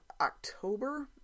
October